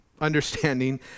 understanding